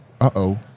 uh-oh